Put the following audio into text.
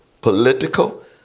political